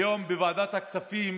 היום לוועדת הכספים